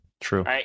True